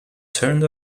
turned